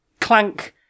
Clank-